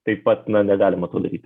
taip pat na negalima to daryti